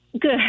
Good